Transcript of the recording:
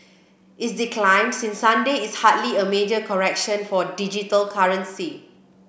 its decline since Sunday is hardly a major correction for digital currency